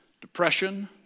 depression